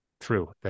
true